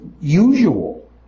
usual